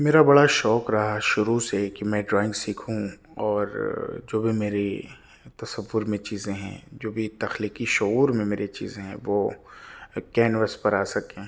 میرا بڑا شوق رہا ہے شروع سے ہی کہ میں ڈرائنگ سیکھوں اور جو بھی میری تصور میں چیزیں ہیں جو بھی تخلیقی شعور میں میرے چیزیں ہیں وہ ایک کینوس پر آ سکیں